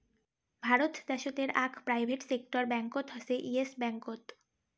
ভারত দ্যাশোতের আক private sector ব্যাঙ্কত হসে ইয়েস ব্যাঙ্কত